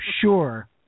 sure